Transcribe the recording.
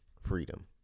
freedom